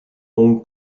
hong